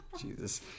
Jesus